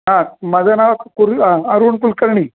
हा माझं नाव कुर अरुण कुलकर्णी